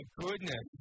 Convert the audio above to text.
goodness